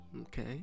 Okay